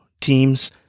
teams